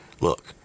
Look